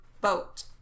boat